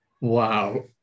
Wow